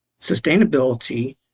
sustainability